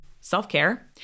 self-care